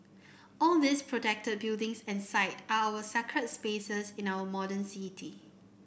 all these protected buildings and site are our sacred spaces in our modern city